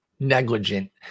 negligent